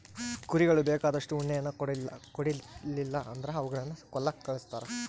ಕುರಿಗಳು ಬೇಕಾದಷ್ಟು ಉಣ್ಣೆಯನ್ನ ಕೊಡ್ಲಿಲ್ಲ ಅಂದ್ರ ಅವುಗಳನ್ನ ಕೊಲ್ಲಕ ಕಳಿಸ್ತಾರ